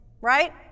right